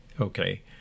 Okay